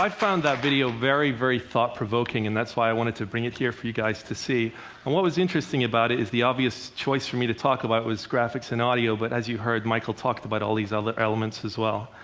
found that video very, very thought provoking, and that's why i wanted to bring it here for you guys to see. and what was interesting about it is the obvious choice for me to talk about was graphics and audio. but as you heard, michael talked about all these other elements as well.